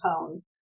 tone